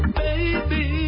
baby